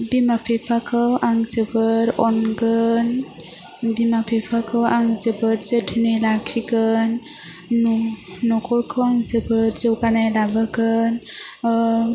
बिमा फिफाखौ आं जोबोर अनगोन बिमा फिफाखौ आं जोबोद जोथोनै लाखिगोन नखरखौ आं जोबोद जौगानाय लाबोगोन ओह